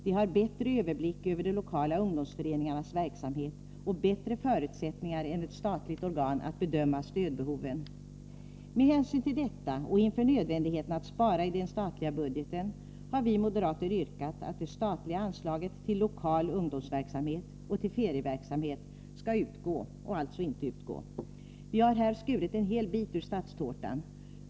De har bättre överblick över de lokala ungdomsföreningarnas verksamhet och bättre förutsättningar än ett statligt organ att bedöma stödbehoven. Med hänsyn till detta och inför nödvändigheten att spara i den statliga budgeten har vi moderater yrkat att det statliga anslaget till lokal ungdomsverksamhet och till ferieverksamhet skall upphöra. Vi har här skurit en hel bit ur statstårtan.